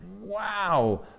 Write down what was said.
wow